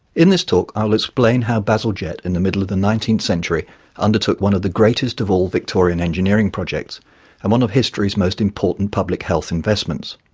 in this talk i will explain how bazalgette in the middle of the nineteenth century undertook one of the greatest of all victorian engineering projects and one of history's most important public health investments.